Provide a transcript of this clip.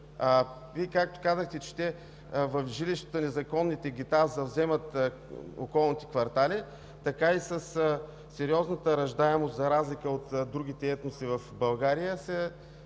Както казахте Вие, жилищата в незаконните гета завземат околните квартали, така е и със сериозната раждаемост – за разлика от другите етноси в България,